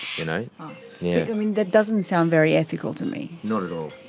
you know yeah i mean that doesn't sound very ethical to me. not at all.